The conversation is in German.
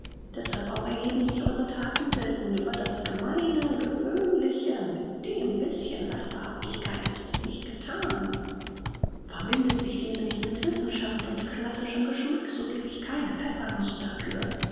deßhalb auch erheben sich eure thaten selten über das gemeine gewöhnliche mit dem bißchen lasterhaftigkeit ist es nicht gethan verbindet sich diese nicht mit wissenschaft und classischem geschmack so geb ich keine pfeffernuß dafür